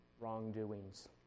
wrongdoings